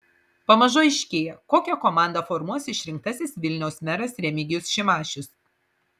pamažu aiškėja kokią komandą formuos išrinktasis vilniaus meras remigijus šimašius